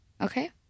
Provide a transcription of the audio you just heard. okay